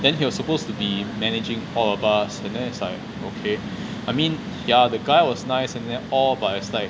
then he was supposed to be managing all of us and then it's like okay I mean yeah the guy was nice and then all but it's like